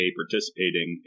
participating